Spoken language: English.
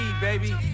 baby